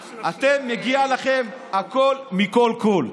אתם, מגיע לכם הכול מכול כול.